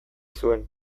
zuen